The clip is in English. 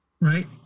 right